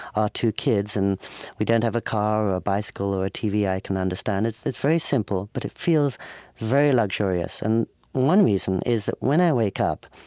our two kids. and we don't have a car or a bicycle or a t v. i can understand. it's it's very simple, but it feels very luxurious. and one reason is that when i wake up,